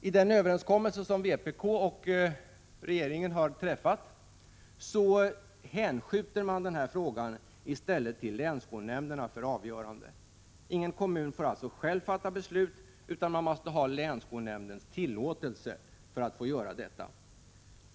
I den överenskommelse som vpk och regeringen har träffat hänskjuts denna fråga i stället till länsskolnämnderna för avgörande. Ingen kommun får alltså själv fatta beslut, utan man måste ha länsskolnämndens tillåtelse.